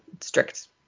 strict